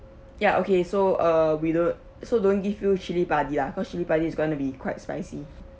ya okay so uh we don't so don't give you chilli padi lah cause chilli padi is going to be quite spicy